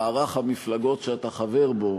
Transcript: מערך המפלגות שאתה חבר בו,